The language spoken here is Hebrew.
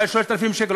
אולי 3,000 שקל,